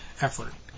effort